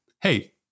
hey